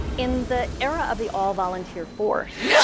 in the era of the all volunteer force,